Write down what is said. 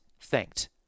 thanked